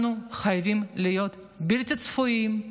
אנחנו חייבים להיות בלתי צפויים,